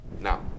Now